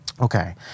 Okay